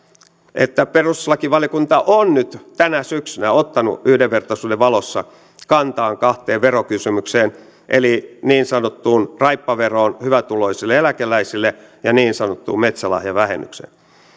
että perustuslakivaliokunta on nyt tänä syksynä ottanut yhdenvertaisuuden valossa kantaa kahteen verokysymykseen eli niin sanottuun raippaveroon hyvätuloisille eläkeläisille ja niin sanottuun metsälahjavähennykseen